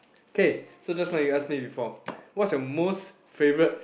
K so just now you ask me before what's your most favourite